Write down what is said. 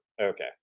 Okay